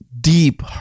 deep